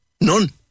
None